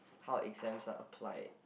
how exams are applied